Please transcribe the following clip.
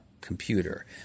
computer